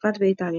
צרפת ואיטליה.